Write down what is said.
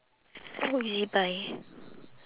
oh ezbuy